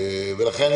ולכן,